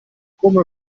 come